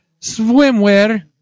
Swimwear